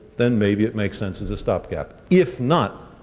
then maybe it makes sense as a stopgap. if not,